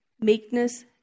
meekness